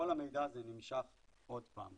כל המידע הזה נמשך עוד פעם.